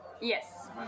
Yes